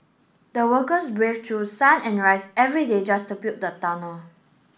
the workers braved through sun and raise every day just to build the tunnel